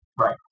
Right